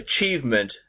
achievement